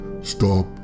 Stop